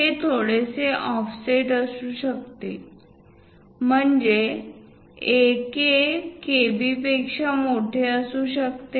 हे थोडेसे ऑफसेट असू शकते म्हणजे AK KB पेक्षा मोठे असू शकते